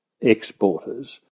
exporters